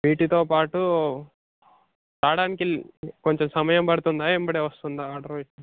వీటితో పాటు రావడానికి కొంచెం సమయం పడుతుందా ఎంబటే వస్తుందా ఆర్డర్ పెట్టి